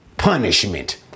punishment